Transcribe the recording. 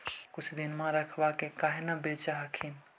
कुछ दिनमा रखबा के काहे न बेच हखिन?